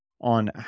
on